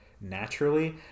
naturally